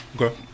okay